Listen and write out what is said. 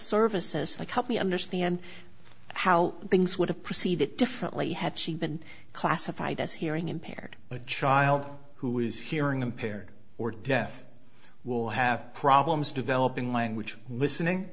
services like help me understand how things would have perceived it differently had she been classified as hearing impaired a child who is hearing impaired or death will have problems developing language listening